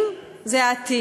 את צודקת.